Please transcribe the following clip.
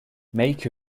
make